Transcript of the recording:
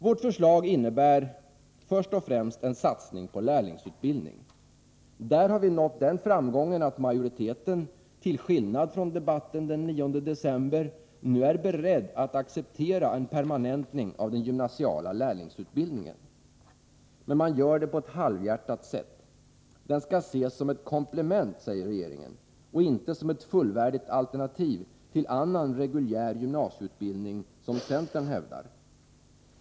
Vårt förslag innebär först och främst en satsning på lärlingsutbildning. Där har vi nått den framgången att majoriteten, till skillnad från i debatten den 9 december, nu är beredd att acceptera en permanentning av den gymnasiala lärlingsutbildningen. Men man gör det på ett halvhjärtat sätt. Den skall ses som ett komplement, säger regeringen, och inte som ett fullvärdigt alternativ till annan reguljär gymnasieutbildning, som centern hävdar.